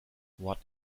what